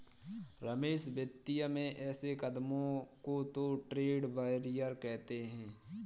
रमेश वित्तीय में ऐसे कदमों को तो ट्रेड बैरियर कहते हैं